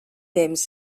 temps